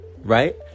right